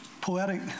poetic